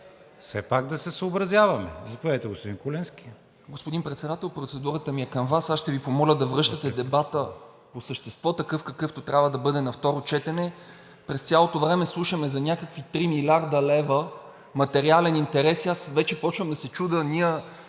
Все пак да се съобразяваме. Заповядайте, господин Куленски.